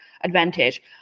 advantage